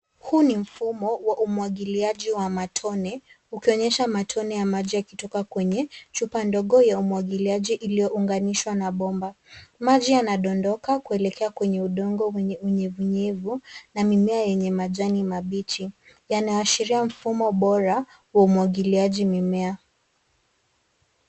Huu ni mfumo wa umwagiliaji wa matone ukionyesha matone ya maji yakitoka kwenye chupa ndogo ya umwagiliaji uliyounganishwa na bomba. Maji yanadondoka kuelekea kwenye udongo wenye unyevunyevu na mimea yenye majani mabichi. Yanaashiria mfumo bora wa umwagiliaji mimea.